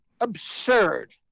absurd